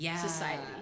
society